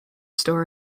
story